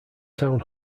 town